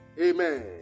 Amen